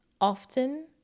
often